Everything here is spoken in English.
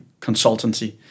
consultancy